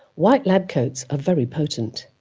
white lab coats are very potent.